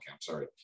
sorry